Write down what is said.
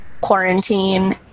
quarantine